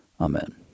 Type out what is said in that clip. Amen